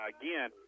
Again